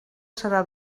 serà